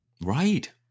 Right